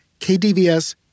KDVS